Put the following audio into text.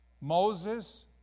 Moses